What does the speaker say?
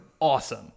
awesome